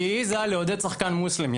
כי היא העזרה לעודד שחקן מוסלמי.